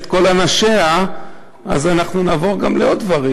כל אנשיה אז אנחנו נעבור לעוד דברים,